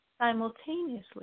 simultaneously